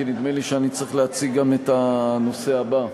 כי נדמה לי שאני צריך להציג גם את הנושא הבא.